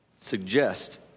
suggest